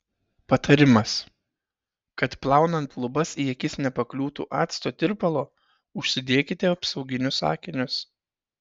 patarimas kad plaunant lubas į akis nepakliūtų acto tirpalo užsidėkite apsauginius akinius